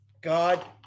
God